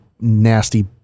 nasty